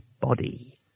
body